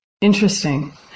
Interesting